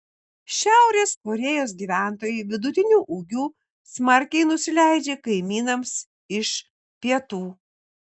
šiaurės korėjos gyventojai vidutiniu ūgiu smarkiai nusileidžia kaimynams iš pietų